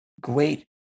great